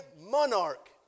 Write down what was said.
Monarch